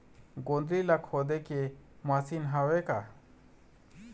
गोंदली ला खोदे के मशीन हावे का?